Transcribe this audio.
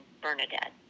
Bernadette